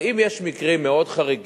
אבל אם יש מקרים מאוד חריגים,